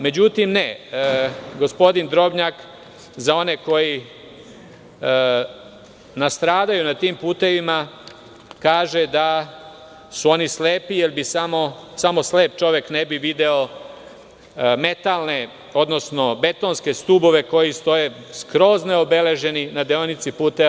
Međutim, ne, gospodin Drobnjak za one koji nastradaju na tim putevima kaže da su oni slepi jer samo slep čovek ne bi video betonske stubove koji stoje skroz neobeleženi na deonici puteva.